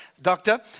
doctor